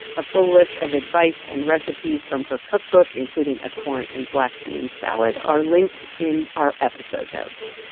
a full list of advice and recipes from her cookbook, including a corn and black bean salad, are linked in our episode notes.